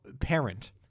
parent